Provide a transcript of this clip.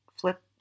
flip